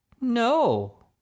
No